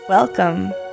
Welcome